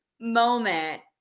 moment